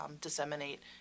disseminate